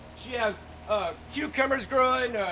she has cucumbers growing,